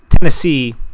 Tennessee